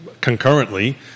concurrently